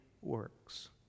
works